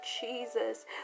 Jesus